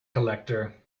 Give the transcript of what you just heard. collector